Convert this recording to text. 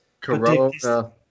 Corona